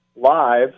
live